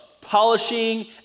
polishing